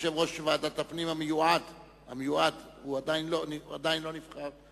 יושב-ראש ועדת הפנים המיועד עדיין לא נבחר,